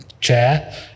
chair